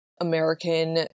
American